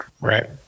Right